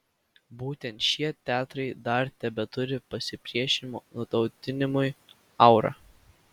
būtent šie teatrai dar tebeturi pasipriešinimo nutautinimui aurą